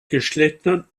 geschlechtern